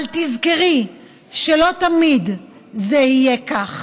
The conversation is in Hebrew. אבל תזכרי שלא תמיד זה יהיה כך,